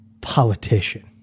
politician